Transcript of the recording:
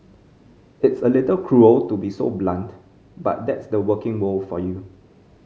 it's a little cruel to be so blunt but that's the working world for you